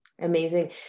Amazing